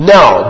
Now